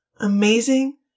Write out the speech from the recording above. amazing